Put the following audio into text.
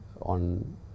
on